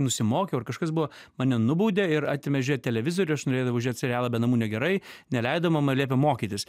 nusimokiau ar kažkas buvo mane nubaudė ir atėmė žiūrėt televizorių aš norėdavau žiūrėt serialą be namų negerai neleido mama liepė mokytis